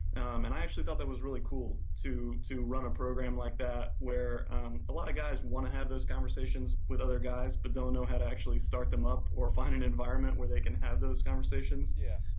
and i actually thought that was really cool to to run a program like that where a lot of guys want to have those conversations with other guys but don't know how to actually start them up or find an environment where they can have those conversations yeah